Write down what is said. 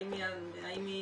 האם היא